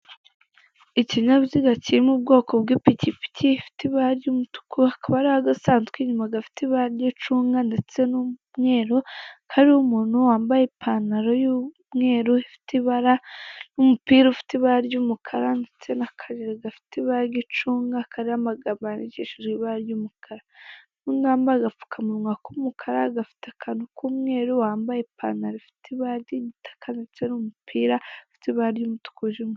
Ikinyabiziga kiri mu bwoko bw'ipikipiki gifite ibara ry'umutuku hakaba hariho agasanduku inyuma gafite ry'ibacunga ndetse n'umweru hariho umuntu wambaye ipantaro y'umweru ifite ibara n'umupira ufite ibara ry'umukara ndetse n'akajiri gafite ibara ry'icunga kariho amagambo yandikishije ibakara ry'umukara, n'undi wambaye agapfukamunwa k'umukara gafite akantu k'umweru, wambaye ipantaro ifite ibara ry'igitaka, ndetse n'umupira ufite ibara ry'umutuku wijimye.